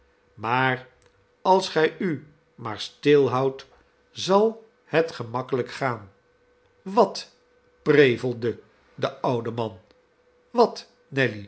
maar als gij u maar stilhoudt zal het gemakkelijk gaan wat prevelde de oude man wat